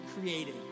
created